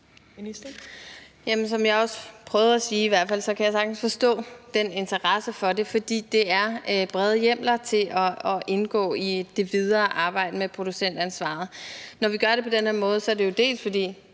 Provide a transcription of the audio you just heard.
fald også prøvede at sige, kan jeg sagtens forstå den interesse for det, for der er tale om brede hjemler for det videre arbejde med producentansvaret. Når vi gør det på den her måde, er det jo, dels fordi